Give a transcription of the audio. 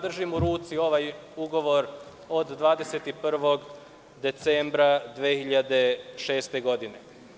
Držim u ruci ovaj ugovor od 21. decembra 2006. godine.